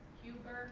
huber?